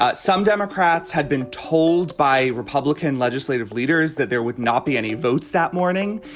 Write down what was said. ah some democrats had been told by republican legislative leaders that there would not be any votes that morning.